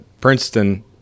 Princeton